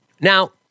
Now